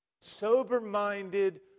sober-minded